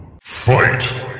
Fight